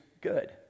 good